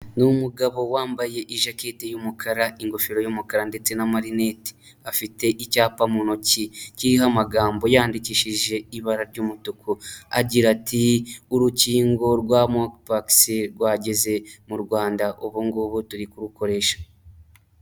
Ni umugabo wambaye ijakete y'umukara, ingofero y'umukara ndetse na marineti, afite icyapa mu ntoki kiriho amagambo yandikishije ibara ry'umutuku agira ati '' urukingo rwa Monkey pox rwageze mu Rwanda ubu ngubu turi kurukoresha.